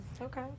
Okay